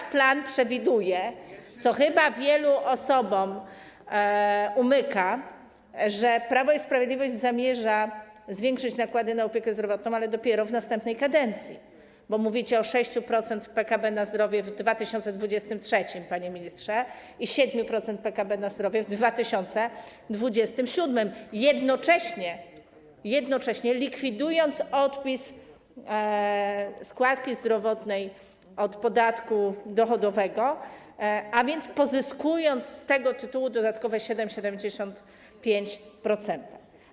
Bo wasz plan przewiduje, co chyba wielu osobom umyka, że Prawo i Sprawiedliwość zamierza zwiększyć nakłady na opiekę zdrowotną, ale dopiero w następnej kadencji, bo mówicie o 6% PKB na zdrowie w 2023 r., panie ministrze, i 7% PKB na zdrowie w 2027 r., jednocześnie likwidując odpis składki zdrowotnej od podatku dochodowego, a więc pozyskując z tego tytułu dodatkowe 7,75%.